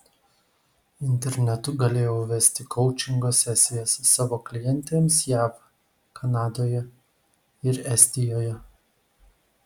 internetu galėjau vesti koučingo sesijas savo klientėms jav kanadoje ir estijoje